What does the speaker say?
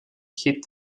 hit